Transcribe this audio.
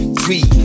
three